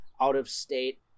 out-of-state